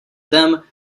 them